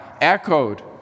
echoed